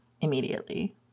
immediately